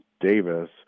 davis